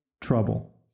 trouble